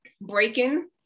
breaking